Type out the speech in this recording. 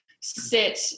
sit